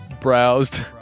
browsed